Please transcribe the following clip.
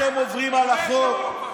אתם עוברים על החוק,